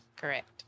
Correct